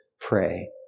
pray